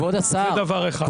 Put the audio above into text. זה דבר אחד.